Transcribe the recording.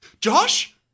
Josh